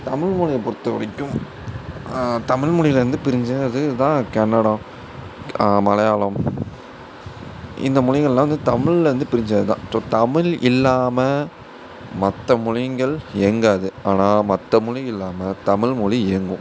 தமிழ் மொழிய பொறுத்தவரைக்கும் தமிழ் மொழில வந்து பிரிஞ்சது தான் கன்னடம் மலையாளம் இந்த மொழிகள்லாம் வந்து தமிழ்லருந்து பிரிஞ்சது தான் ஸோ தமிழ் இல்லாமல் மற்ற மொழிங்கள் இயங்காது ஆனால் மற்ற மொழி இல்லாமல் தமிழ் மொழி இயங்கும்